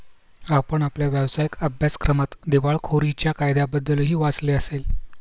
आपण आपल्या व्यावसायिक अभ्यासक्रमात दिवाळखोरीच्या कायद्याबद्दलही वाचले असेल